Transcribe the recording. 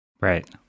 Right